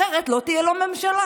אחרת לא תהיה לו ממשלה.